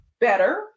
better